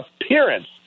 appearance